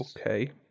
Okay